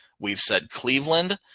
we've said cleveland,